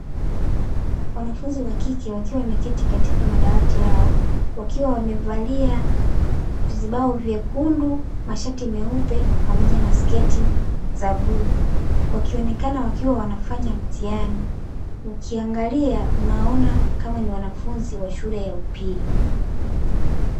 Wanafunzi wakike wakiwa wameketi kwenye madawati yao wakiwa wamevalia vizibao vyekundu, mashati meupe pamoja na sketi za bluu; wakionekana wakiwa wanafanya mtihani. Ukiangalia, unaona kama ni wanafunzi wa shule ya upili.